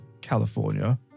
California